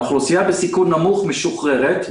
האוכלוסייה בסיכון נמוך משוחררת.